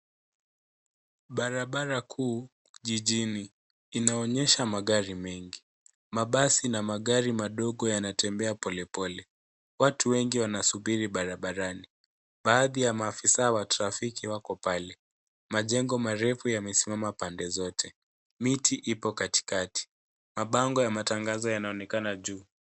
Barabara kuu jijini inaonyesha magari mengi mabasi na magari madogo yanatembea pole pole watu wengi wanasubiri barabarani baadhi ya maafisa wa trafiki wako pale, majengo marefu yamesimama pande zote. Miti ipo katikati. mabango ya matangazo yanaonekana juu.